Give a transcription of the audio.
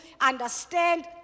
understand